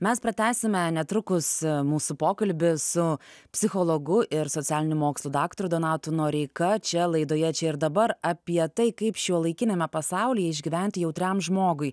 mes pratęsime netrukus mūsų pokalbį su psichologu ir socialinių mokslų daktaru donatu noreika čia laidoje čia ir dabar apie tai kaip šiuolaikiniame pasaulyje išgyventi jautriam žmogui